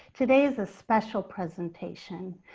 today's a special presentation.